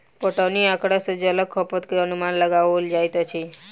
पटौनी आँकड़ा सॅ जलक खपत के अनुमान लगाओल जाइत अछि